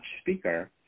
speaker